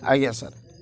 ଆଜ୍ଞା ସାର୍